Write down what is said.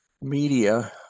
media